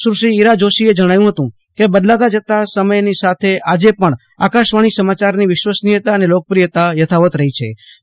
સુશ્રી ઈરા જોશીએ જણાવ્યું હતું કે બદલાતા જતા સમયની સાથે આજે પણ આકાશવાણી સમાચારની વિશ્વસનીયતા અને લોકપ્રિયતા યથાવત રહી છેવ